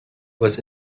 was